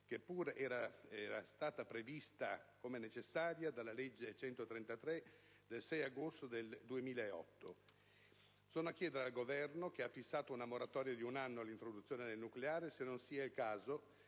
pur prevista come necessaria dalla legge 6 agosto 2008, n. 133. Sono a chiedere al Governo, che ha fissato una moratoria di un anno all'introduzione del nucleare, se non sia il caso